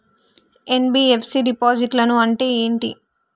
NBFC డిపాజిట్లను అంటే ఏంటి?